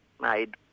made